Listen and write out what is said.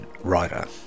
writer